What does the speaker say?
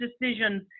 decisions